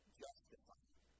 justified